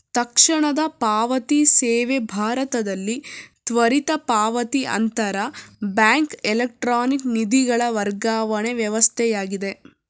ತಕ್ಷಣದ ಪಾವತಿ ಸೇವೆ ಭಾರತದಲ್ಲಿ ತ್ವರಿತ ಪಾವತಿ ಅಂತರ ಬ್ಯಾಂಕ್ ಎಲೆಕ್ಟ್ರಾನಿಕ್ ನಿಧಿಗಳ ವರ್ಗಾವಣೆ ವ್ಯವಸ್ಥೆಯಾಗಿದೆ